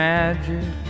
magic